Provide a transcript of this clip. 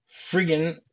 friggin